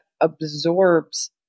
absorbs